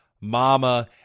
Mama